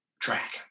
track